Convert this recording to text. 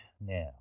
now